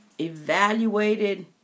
evaluated